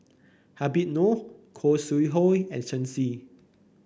Habib Noh Khoo Sui Hoe and Shen Xi